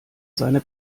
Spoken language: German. seine